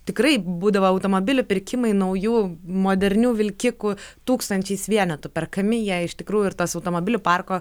tikrai būdavo automobilių pirkimai naujų modernių vilkikų tūkstančiais vienetų perkami jie iš tikrųjų ir tas automobilių parko